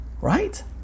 Right